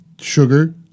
Sugar